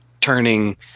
turning